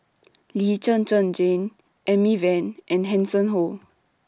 Lee Zhen Zhen Jane Amy Van and Hanson Ho